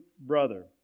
brother